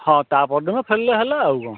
ହଁ ତା' ପରଦିନ ଫେରିଲେ ହେଲା ଆଉ କ'ଣ